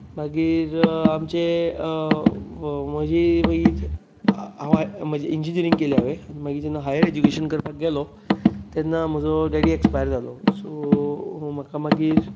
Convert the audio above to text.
मागीर आमचे म्हजी इंजिनियरींग केलें हांवें हायर एजुकेशन करपाक गेलो तेन्ना म्हजो डॅडी एक्सपायर जालो सो म्हाका मागीर